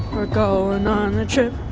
we're going on the trip